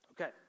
Okay